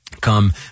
come